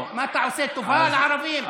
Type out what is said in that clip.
מה, אתה עושה טובה לערבים?